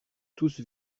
tous